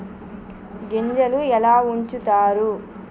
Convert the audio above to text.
గింజలు ఎలా ఉంచుతారు?